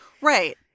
Right